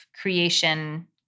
creation